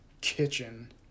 kitchen